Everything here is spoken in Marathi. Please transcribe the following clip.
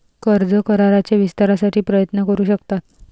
कर्ज कराराच्या विस्तारासाठी प्रयत्न करू शकतात